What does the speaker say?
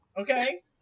okay